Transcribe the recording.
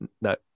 No